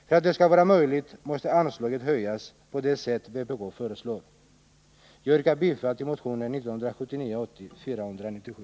För att det skall vara möjligt måste anslaget höjas på det sätt vpk föreslår. Jag yrkar bifall till motion 1979/80:497.